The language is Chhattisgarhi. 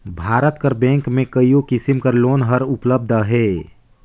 भारत कर बेंक में कइयो किसिम कर लोन हर उपलब्ध अहे